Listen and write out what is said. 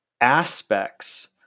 aspects